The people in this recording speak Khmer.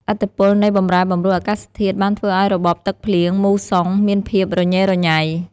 ឥទ្ធិពលនៃបម្រែបម្រួលអាកាសធាតុបានធ្វើឱ្យរបបទឹកភ្លៀងមូសុងមានភាពរញ៉េរញ៉ៃ។